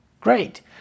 Great